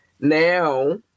Now